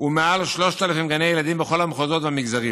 וגם מעל 3,000 גני ילדים, בכל המחוזות והמגזרים.